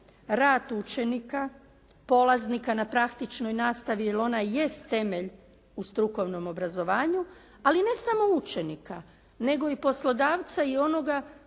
rad učenika, polaznika na praktičnoj nastavi jer ona i jest temelj u strukovnom obrazovanju ali ne samo učenika nego i poslodavca i onoga